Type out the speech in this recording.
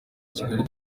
kigali